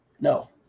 No